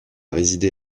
résidé